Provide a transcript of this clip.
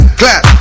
clap